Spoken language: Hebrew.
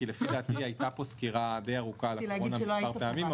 כי לפי דעתי הייתה פה סקירה די ארוכה על הקורונה מספר פעמים.